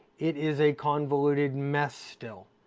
it is a convoluted mess still.